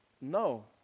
No